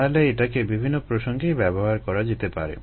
তাহলে এটাকে বিভিন্ন প্রসঙ্গেই ব্যবহার করা যেতে পারে